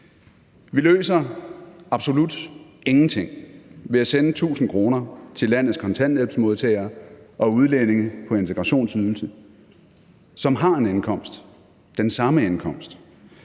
Vi løser absolut ingenting ved at sende 1.000 kr. til landets kontanthjælpsmodtagere og udlændinge på integrationsydelse, som har en indkomst, den samme indkomst,